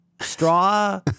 straw